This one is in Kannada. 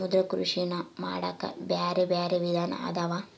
ಸಮುದ್ರ ಕೃಷಿನಾ ಮಾಡಾಕ ಬ್ಯಾರೆ ಬ್ಯಾರೆ ವಿಧಾನ ಅದಾವ